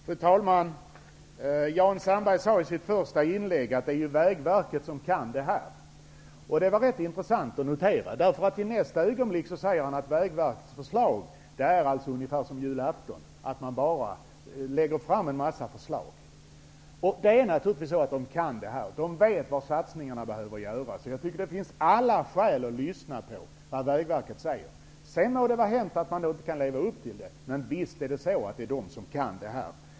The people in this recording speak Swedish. Fru talman! Jan Sandberg sade i sitt första inlägg att det är Vägverket som kan dessa frågor. Det var intressant att notera, därför att i nästa ögonblick säger han att Vägverkets förslag är som en önskelista inför julafton -- man lägger bara fram en massa förslag. Vägverket kan naturligtvis det här. Man vet var satsningarna behöver göras. Jag tycker att det finns alla skäl att lyssna på vad Vägverket säger. Det må vara hänt att vi inte kan leva upp till det, men visst är det så att det är Vägverket som kan det här.